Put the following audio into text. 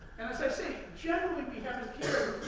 as i said, generally we haven't cared,